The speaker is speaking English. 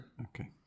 Okay